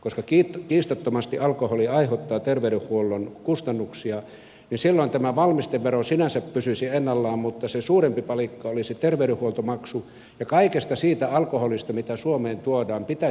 koska kiistattomasti alkoholi aiheuttaa terveydenhuollolle kustannuksia silloin tämä valmistevero sinänsä pysyisi ennallaan mutta se suurempi palikka olisi terveydenhuoltomaksu ja kaikesta siitä alkoholista mitä suomeen tuodaan pitäisi periä terveydenhuoltomaksu